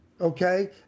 okay